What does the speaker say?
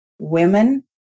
Women